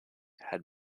had